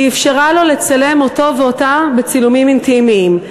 היא אפשרה לו לצלם אותו ואותה בצילומים אינטימיים.